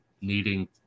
needing